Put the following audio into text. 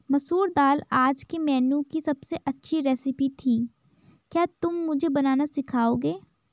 मसूर दाल आज के मेनू की अबसे अच्छी रेसिपी थी क्या तुम मुझे बनाना सिखाओंगे?